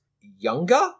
younger